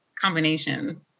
combination